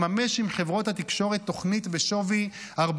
מממש עם חברות התקשורת תוכנית בשווי 40